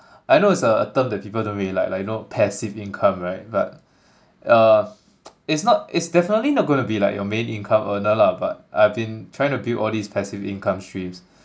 I know it's a term that people don't really like like you know passive income right but uh it's not it's definitely not gonna be like your main income earner lah but I've been trying to build all these passive income streams